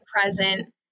present